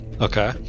Okay